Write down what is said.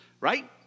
Right